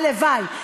הלוואי,